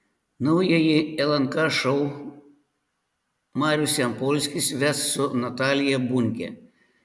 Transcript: naująjį lnk šou marius jampolskis ves su natalija bunke